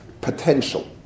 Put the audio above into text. potential